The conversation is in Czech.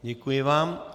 Děkuji vám